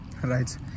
right